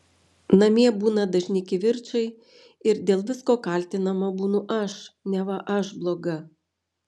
namie būna dažni kivirčai ir dėl visko kaltinama būnu aš neva aš bloga